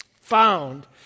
found